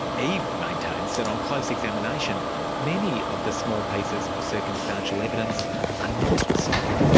eve maintains that on close examination many of the small pieces of circumstantial evidence are not solid.